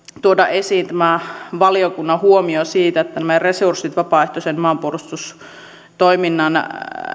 tuoda esiin tämä valiokunnan huomio että näiden resurssien vapaaehtoisen maanpuolustustoiminnan